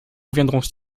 reviendrons